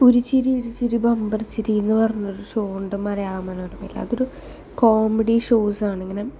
ഒരുചിരി ഇരുചിരി ബംബർ ചിരി എന്നു പറഞ്ഞൊരു ഷോയുണ്ട് മലയാള മനോരമയില് അതൊരു കോമഡി ഷോസാണ് ഇങ്ങനെ